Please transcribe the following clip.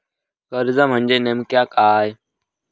कर्ज म्हणजे नेमक्या काय?